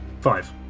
five